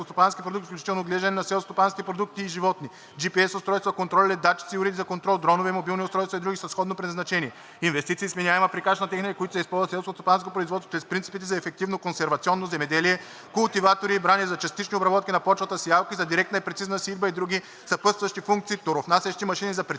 селскостопански продукти, включително отглеждане на селскостопанските култури и животни – GPS устройства, контролери, датчици и уреди за контрол, дронове, мобилни устройства и други със сходно предназначение. Инвестиции в сменяема прикачна техника, които се използват за селскостопанско производство чрез принципите за ефективно консервационно земеделие – култиватори и брани за частични обработки на почвата, сеялки за директна и прецизна сеитба и други съпътстващи функции, торовнасящи машини за прецизно